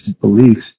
beliefs